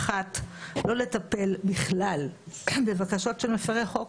אחת, לא לטפל בכלל בבקשות של מפרי חוק.